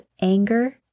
anger